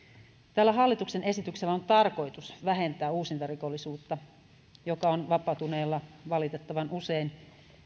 tällä hallituksen esityksellä on on tarkoitus vähentää uusintarikollisuutta joka on vapautuneilla valitettavan usein